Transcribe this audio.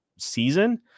season